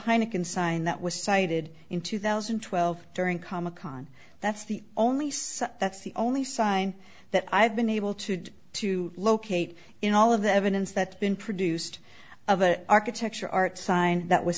heineken sign that was sighted in two thousand and twelve during comic con that's the only so that's the only sign that i've been able to do to locate in all of the evidence that been produced of an architecture art sign that was